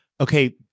okay